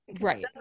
Right